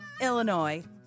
Illinois